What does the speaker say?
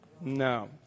No